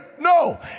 No